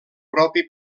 propi